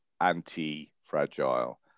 anti-fragile